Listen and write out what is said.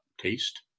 taste